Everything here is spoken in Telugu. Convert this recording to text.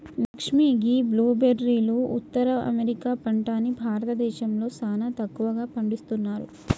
లక్ష్మీ గీ బ్లూ బెర్రీలు ఉత్తర అమెరికా పంట అని భారతదేశంలో సానా తక్కువగా పండిస్తున్నారు